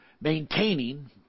maintaining